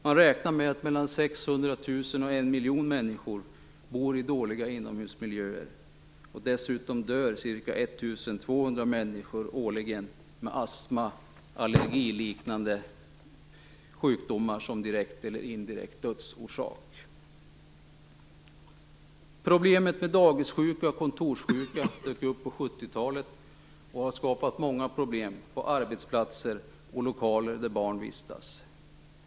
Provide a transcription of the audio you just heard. Man räknar med att mellan 600 000 och 1 miljon människor bor i dåliga inomhusmiljöer, och dessutom dör ca 1 200 människor årligen med astma och allergiliknande sjukdomar som direkt eller indirekt dödsorsak. Dagissjukan och kontorssjukan dök upp på 70 talet och har skapat många problem i lokaler där barn vistas och på arbetsplatser.